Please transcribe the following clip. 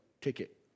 ticket